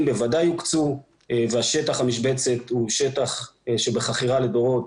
בוודאי הוקצו ושטח המשבצת הוא שטח שבחכירה לדורות